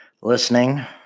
listening